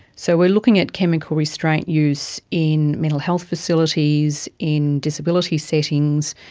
so we are looking at chemical restraint use in mental health facilities, in disability settings,